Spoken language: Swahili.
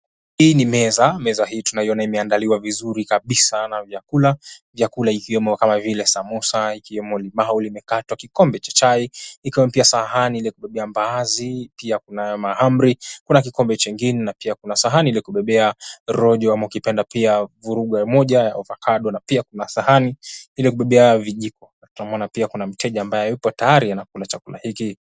Hii ni meza. Meza hii tunaiona imeandaliwa vizuri kabisa na vyakula vyakula ikiwemo kama vile samosa ikiwemo limau limekatwa kikombe cha chai ikiwemo pia sahani iliyokubebea mbaazi pia kunayo mahamri kuna kikombe chengine pia kuna sahani iliyokubebea rojo ama ukipenda pia vurugu moja ya ovacado na pia kuna sahani iliyokubebea vijiko twamuona pia kuna mteja ambaye yupo tayari anakula chakula hiki.